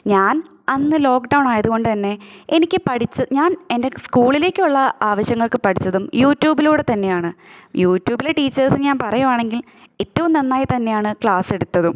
ഞാൻ അന്ന് ലോക്ക്ഡൌൺ ആയതുകൊണ്ട് തന്നെ എനിക്ക് പഠിച്ച് ഞാൻ എൻ്റെ സ്കൂളിലേക്കുള്ള ആവശ്യങ്ങൾക്ക് പഠിച്ചതും യൂട്യൂബിലൂടെ തന്നെയാണ് യൂട്യൂബിലെ ടീച്ചേഴ്സ് ഞാൻ പറയുവാണെങ്കിൽ ഏറ്റവും നന്നായി തന്നെയാണ് ക്ലാസ് എടുത്തതും